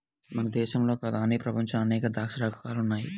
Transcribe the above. మన దేశంలో కాదు గానీ ప్రపంచంలో అనేక ద్రాక్ష రకాలు ఉన్నాయి